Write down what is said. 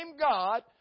God